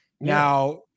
Now